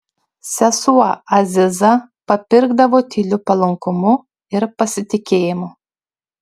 sesuo aziza papirkdavo tyliu palankumu ir pasitikėjimu